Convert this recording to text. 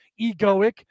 egoic